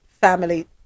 family